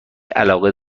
علاقه